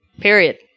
Period